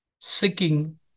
seeking